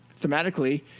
thematically